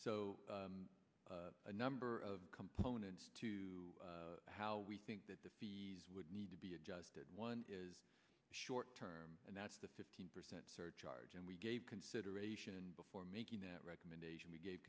so a number of components to how we think that they would need to be adjusted one is short term and that's the fifteen percent surcharge and we gave consideration before making that recommendation we gave